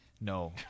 No